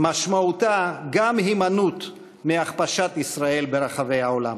משמעותה גם הימנעות מהכפשת ישראל ברחבי העולם.